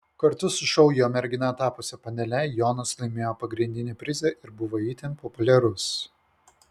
kartu su šou jo mergina tapusia panele jonas laimėjo pagrindinį prizą ir buvo itin populiarus